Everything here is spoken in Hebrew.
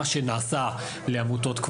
מה שנעשה לעמותות,